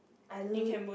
I